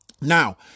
Now